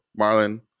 Marlon